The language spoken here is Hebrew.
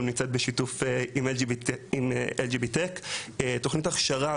נמצאת גם בשיתוף פעולה עם LGBTECH. תוכנית הכשרה,